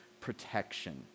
protection